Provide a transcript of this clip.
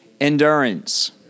endurance